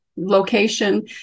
location